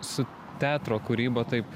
su teatro kūryba taip